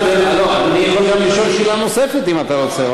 אדוני יכול גם לשאול שאלה נוספת, אם אתה רוצה.